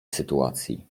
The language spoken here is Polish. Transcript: sytuacji